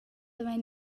havein